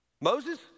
Moses